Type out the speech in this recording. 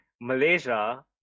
Malaysia